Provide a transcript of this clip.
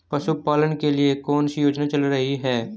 पशुपालन के लिए कौन सी योजना चल रही है?